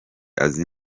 azi